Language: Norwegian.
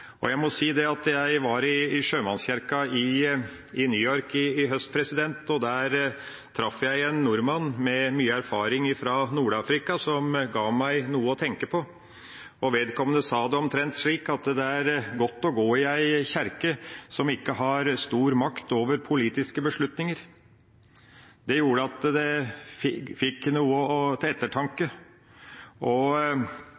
Jeg var i sjømannskirken i New York sist høst, og der traff jeg en nordmann med mye erfaring fra Nord-Afrika som ga meg noe å tenke på. Vedkommende sa det omtrent slik: Det er godt å gå i en kirke som ikke har stor makt over politiske beslutninger. Det gir grunn til ettertanke. Det at koblinga mellom tros- og livssynssamfunn og politisk makt ikke er så sterk i Norge, slik at det ikke blir mer og mer religion og